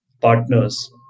partners